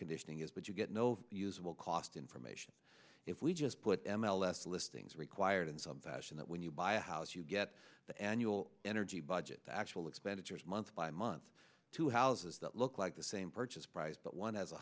conditioning is but you get no usable cost information if we just put m l s listings required in some fashion that when you buy a house you get the annual energy budget the actual expenditures month by month to houses that look like the same purchase price but one as a